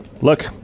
look